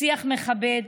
שיח מכבד,